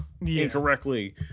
incorrectly